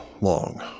long